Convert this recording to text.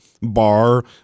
bar